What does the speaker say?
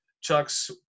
chuck's